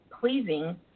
pleasing